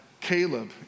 Caleb